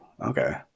okay